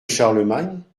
charlemagne